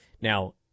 Now